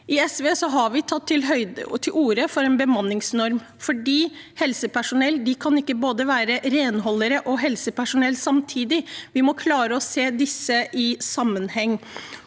I SV har vi tatt til orde for en bemanningsnorm, for helsepersonell kan ikke være både renholdere og helsepersonell samtidig. Vi må klare å se dette i sammenheng.